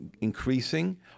increasing